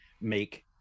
make